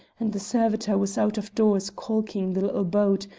and the servitor was out of doors caulking the little boat,